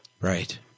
Right